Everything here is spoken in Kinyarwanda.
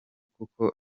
kuko